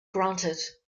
granted